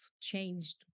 changed